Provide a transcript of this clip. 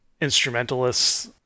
instrumentalists